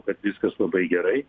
kad viskas labai gerai